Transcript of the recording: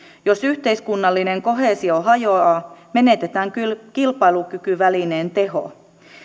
jos yhteiskunnallinen koheesio hajoaa menetetään kilpailukykyvälineen teho